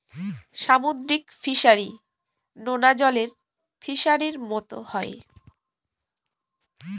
সামুদ্রিক ফিসারী, নোনা জলের ফিসারির মতো হয়